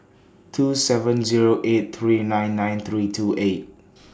two seven Zero eight three nine nine three two eight